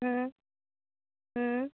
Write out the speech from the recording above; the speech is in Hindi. हाँ हाँ